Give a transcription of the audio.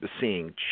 seeing